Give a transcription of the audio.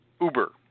Uber